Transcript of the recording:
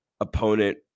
opponent